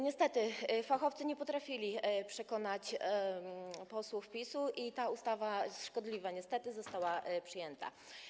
Niestety fachowcy nie potrafili przekonać posłów PiS-u i ta szkodliwa ustawa niestety została przyjęta.